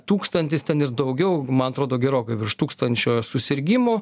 tūkstantis ten ir daugiau man atrodo gerokai virš tūkstančio susirgimų